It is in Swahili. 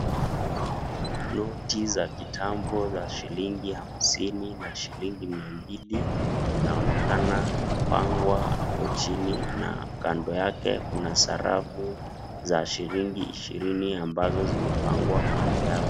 Noti za kitambo za shilingi hamsini na shilingi mia mbili zinaonekana kupangwa apo chini na kando yake kuna sarafu za shilingi ishirini ambazo zimepangwa kando yao.